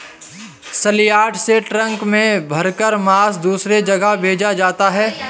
सलयार्ड से ट्रक में भरकर मांस दूसरे जगह भेजा जाता है